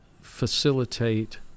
facilitate